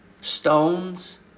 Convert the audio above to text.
Stones